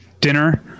dinner